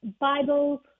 Bible